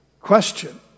Question